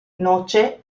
noce